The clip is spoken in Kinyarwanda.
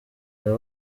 aba